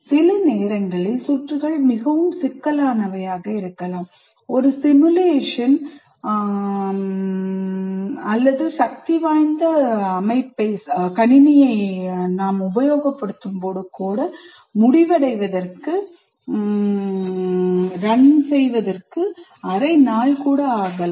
சில நேரங்களில் சுற்றுகள் மிகவும் சிக்கலானவை ஒரு சிமுலேஷன் ரன் சக்திவாய்ந்த கணினியை உபயோகப்படுத்தும் போது கூட முடிவடைவதற்கு அரை நாள் ஆகலாம்